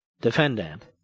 defendant